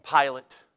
Pilate